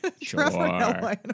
Sure